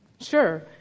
Sure